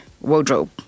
wardrobe